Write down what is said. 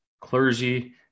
clergy